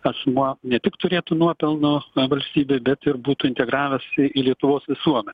asmuo ne tik turėtų nuopelnus na valstybei bet ir būtų integravęsi į lietuvos visuomenę